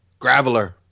Graveler